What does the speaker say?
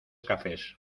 cafés